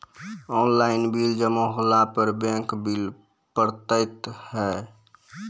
Online bill जमा होने पर बैंक बिल पड़तैत हैं?